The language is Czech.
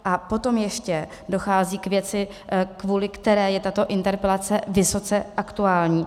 A potom ještě dochází k věci, kvůli které je tato interpelace vysoce aktuální.